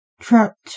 trapped